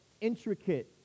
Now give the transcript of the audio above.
intricate